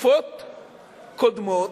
בתקופות קודמות,